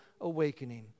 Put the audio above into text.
awakening